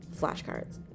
flashcards